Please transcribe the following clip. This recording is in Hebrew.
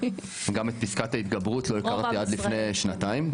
גם את פסקת ההתגברות לא הכרתי עד לפני שנתיים,